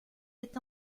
est